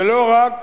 ולא רק